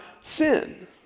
sin